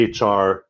HR